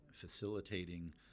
facilitating